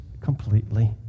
completely